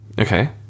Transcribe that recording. Okay